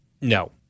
No